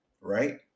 right